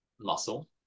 muscle